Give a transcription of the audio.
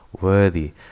worthy